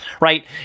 right